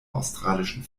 australischen